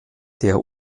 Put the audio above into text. der